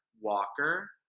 Walker